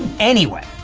anyway,